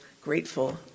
grateful